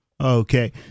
Okay